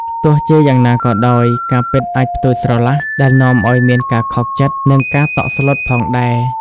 ទោះជាយ៉ាងណាក៏ដោយ ការពិតអាចផ្ទុយស្រឡះ ដែលនាំឱ្យមានការខកចិត្ត និងការតក់ស្លុតផងដែរ។